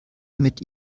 mit